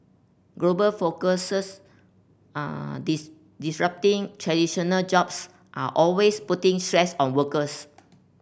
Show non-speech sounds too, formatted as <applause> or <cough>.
global focuses <hesitation> disrupting traditional jobs are always putting stress on workers